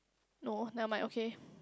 no never mind okay